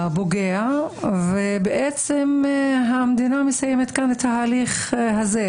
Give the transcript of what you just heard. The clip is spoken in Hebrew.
הפוגע, ובעצם המדינה מסיימת כאן את ההליך הזה?